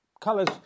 colours